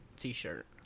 t-shirt